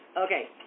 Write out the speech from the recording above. Okay